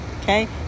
okay